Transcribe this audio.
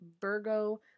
Virgo